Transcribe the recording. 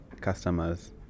customers